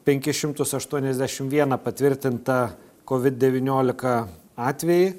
penkis šimtus aštuoniasdešimt vieną patvirtintą covid devyniolika atvejį